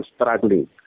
struggling